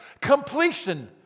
completion